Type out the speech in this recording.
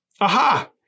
aha